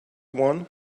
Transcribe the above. one